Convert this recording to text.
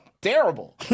Terrible